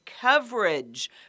coverage